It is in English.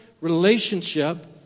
relationship